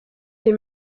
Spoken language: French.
des